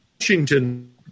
Washington